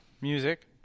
Music